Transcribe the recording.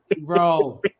bro